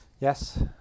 Yes